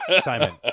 Simon